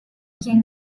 quien